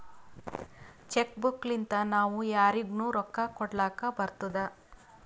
check book ಲಿಂತಾ ನಾವೂ ಯಾರಿಗ್ನು ರೊಕ್ಕಾ ಕೊಡ್ಲಾಕ್ ಬರ್ತುದ್